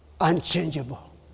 unchangeable